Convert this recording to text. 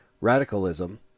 radicalism